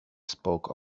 spoke